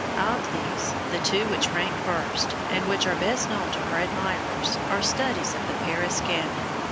of these, the two which rank first, and which are best known to her admirers, are studies of the paris gamin.